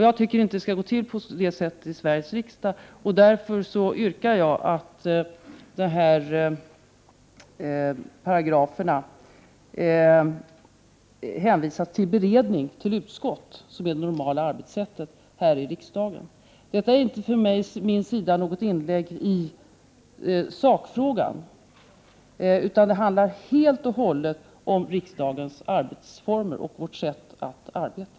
Jag tycker inte att det skall gå till på det sättet i Sveriges riksdag, varför jag yrkar att dessa paragrafer hänskjuts till utskott. Det är det normala arbetssättet i riksdagen. Detta är således inget inlägg i sakfrågan, utan det handlar helt och hållet om riksdagens arbetsformer och vårt sätt att arbeta.